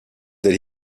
that